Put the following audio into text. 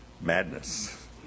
Madness